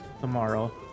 tomorrow